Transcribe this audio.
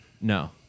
No